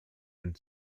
and